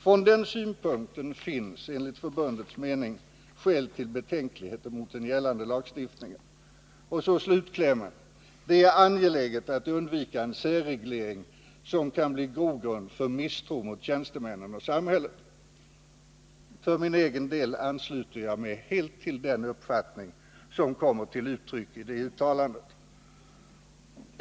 Från den synpunkten finns enligt förbundets mening skäl till betänkligheter mot den gällande lagstiftningen. Och så slutklämmen: ”Det är angeläget att undvika en särreglering som kan bli grogrund för misstro mot tjänstemännen och samhället.” För min egen del ansluter jag mig helt till den uppfattning som kommit till uttryck i det uttalandet.